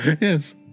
Yes